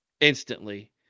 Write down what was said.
instantly